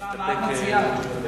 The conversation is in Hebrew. את מציעה להסתפק בתשובתך?